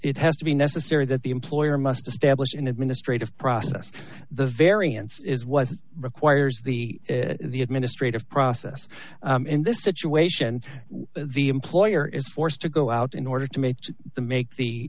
it has to be necessary that the employer must establish an administrative process the variance is was requires the the administrative process in this situation the employer is forced to go out in order to make the make the